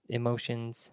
emotions